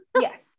yes